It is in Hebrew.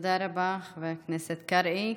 תודה רבה, חבר הכנסת קרעי.